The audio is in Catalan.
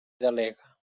delegue